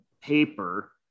paper